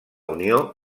unió